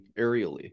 aerially